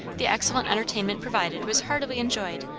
the excellent entertainment provided was heartily enjoyed,